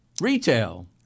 Retail